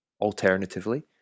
Alternatively